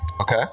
Okay